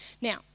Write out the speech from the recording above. Now